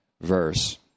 verse